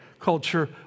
culture